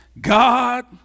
God